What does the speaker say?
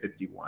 51